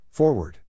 Forward